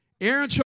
Aaron